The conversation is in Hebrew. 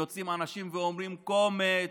יוצאים אנשים ואומרים: קומץ,